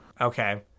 Okay